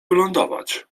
wylądować